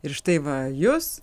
ir štai va jus